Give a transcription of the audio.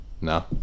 No